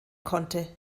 konnte